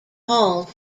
hall